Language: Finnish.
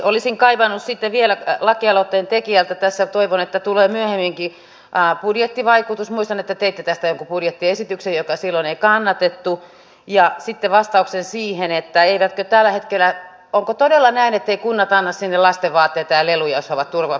olisin kaivannut vielä lakialoitteen tekijältä tässä toivon että tulee myöhemminkin budjettivaikutusta muistan että teitte tästä jonkun budjettiesityksen jota silloin ei kannatettu ja sitten vastausta siihen onko todella näin etteivät kunnat anna lastenvaatteita ja leluja jos he ovat turvapaikassa